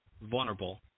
vulnerable